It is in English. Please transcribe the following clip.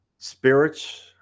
spirits